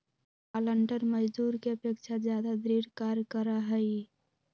पालंटर मजदूर के अपेक्षा ज्यादा दृढ़ कार्य करा हई